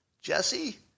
Jesse